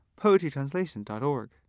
poetrytranslation.org